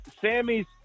Sammy's